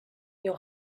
your